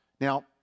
Now